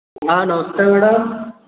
हाँ नमस्ते मैडम